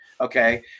okay